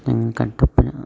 ഞങ്ങൾ കട്ടപ്പന